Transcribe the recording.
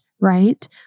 right